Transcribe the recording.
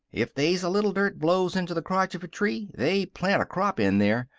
if they's a little dirt blows into the crotch of a tree, they plant a crop in there.